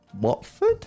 Watford